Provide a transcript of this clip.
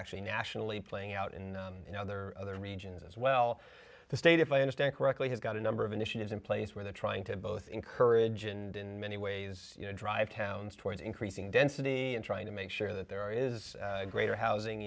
actually nationally playing out in other regions as well the state if i understand correctly has got a number of initiatives in place where they're trying to both encourage and in many ways drive towns towards increasing density and trying to make sure that there is greater housing